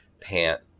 pant